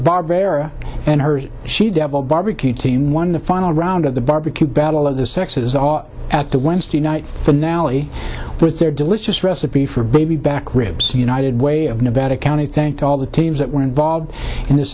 barbara and her she devil barbecue team won the final round of the barbecue battle of the sexes at the wednesday night's finale was their delicious recipe for baby group's united way of nevada county thanked all the teams that were involved in this